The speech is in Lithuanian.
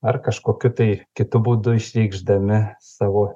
ar kažkokiu tai kitu būdu išreikšdami savo